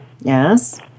yes